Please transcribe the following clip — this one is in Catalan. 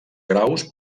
graus